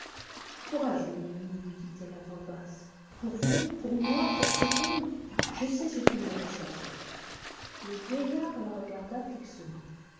courage mon ami lui dit-elle à voix basse pour vous pour moi pour cet homme je sais ce qu'il me reste à faire le vieillard la regarda fixement